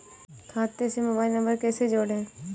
खाते से mobile number कैसे जोड़ें?